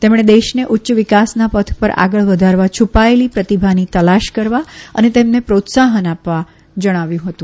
તેમણે દેશને ઉચ્ય વિકાસના પથ પર આગળ વધારવા છુપાયેલી પ્રતિભાની તલાશ કરવા અને તેમને પ્રોત્સાહન આપવા જણાવ્યું હતું